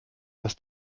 dass